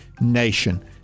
nation